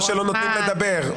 או שלא נותנים לדבר,